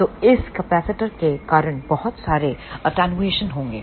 तो इस कैपेसिटर के कारण बहुत सारे अटेनूएशन होंगे